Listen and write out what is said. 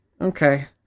Okay